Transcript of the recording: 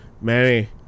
manny